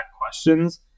questions